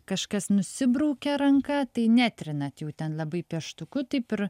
kažkas nusibraukė ranka tai netrinat jau ten labai pieštuku taip ir